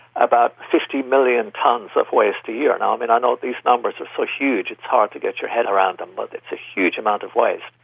about fifty million tonnes of waste a year, and um and i know these numbers are so huge it's hard to get your head around them, but it's a huge amount of waste,